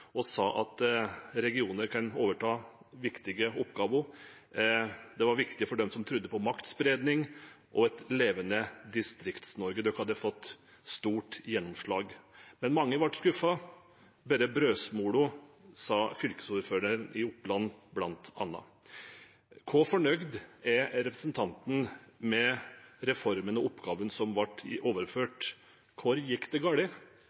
og sa at regioner kan overta viktige oppgaver. Det var viktig for dem som trodde på maktspredning og et levende Distrikts-Norge; de hadde fått stort gjennomslag. Men mange ble skuffet. «Dette er bare brødsmuler», sa fylkesordføreren i Oppland, f.eks. Hvor fornøyd er representanten med reformen og oppgavene som ble overført? Hvor gikk det